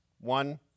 one